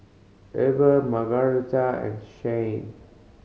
Eber Margaretta and Shayne